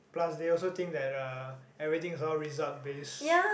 plus they also think that uh everything is all result based